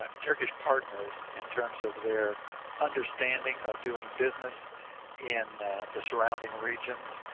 ah partners in terms of their understanding of doing business in the surrounding regions.